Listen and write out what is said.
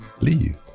leave